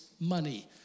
money